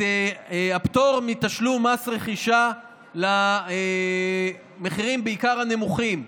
את הפטור מתשלום מס רכישה למחירים, בעיקר הנמוכים.